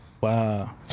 Wow